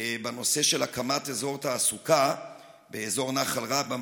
בנושא הקמת אזור תעסוקה באזור נחל רבה,